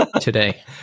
today